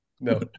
No